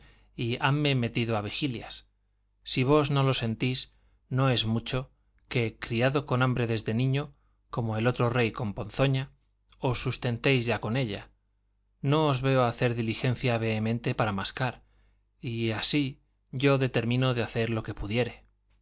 y hanme metido a vigilias si vos no lo sentís no es mucho que criado con hambre desde niño como el otro rey con ponzoña os sustentéis ya con ella no os veo hacer diligencia vehemente para mascar y así yo determino de hacer la que pudiere